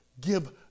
give